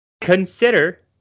consider